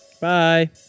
bye